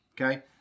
Okay